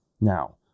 Now